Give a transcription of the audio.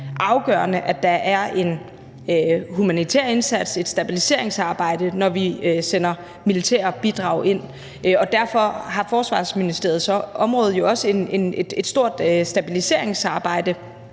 afgørende, at der er en humanitær indsats, et stabiliseringsarbejde, når vi sender militære bidrag ind, og derfor har Forsvarsministeriets område jo også et stort stabiliseringsarbejde,